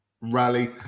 rally